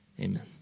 Amen